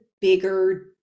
bigger